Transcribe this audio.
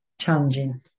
Challenging